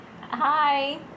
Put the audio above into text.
Hi